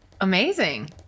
Amazing